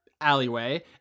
alleyway